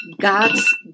God's